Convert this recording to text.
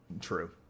True